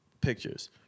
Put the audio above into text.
pictures